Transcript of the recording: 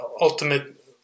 ultimate